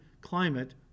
climate